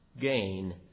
gain